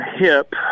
hip